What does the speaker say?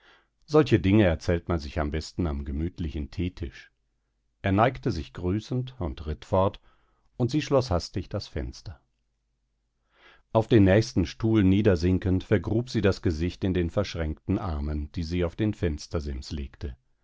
solche dinge erzählt man sich am besten am gemütlichen theetisch er neigte sich grüßend und ritt fort und sie schloß hastig das fenster auf den nächsten stuhl niedersinkend vergrub sie das gesicht in den verschränkten armen die sie auf den fenstersims legte